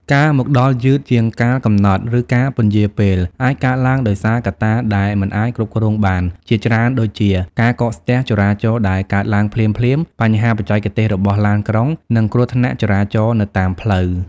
ការមកដល់យឺតជាងកាលកំណត់ ឬការពន្យារពេល អាចកើតឡើងដោយសារ កត្តាដែលមិនអាចគ្រប់គ្រងបាន ជាច្រើនដូចជា ការកកស្ទះចរាចរណ៍ដែលកើតឡើងភ្លាមៗ បញ្ហាបច្ចេកទេសរបស់ឡានក្រុង និងគ្រោះថ្នាក់ចរាចរណ៍នៅតាមផ្លូវ។